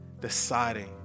deciding